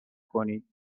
کنید